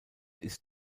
ist